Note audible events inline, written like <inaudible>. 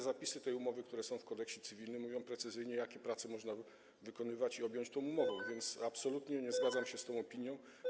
Zapisy tej umowy, które są w Kodeksie cywilnym, mówią precyzyjnie, jakie prace można wykonywać i objąć tą umową, <noise> więc absolutnie nie zgadzam się z tą opinią.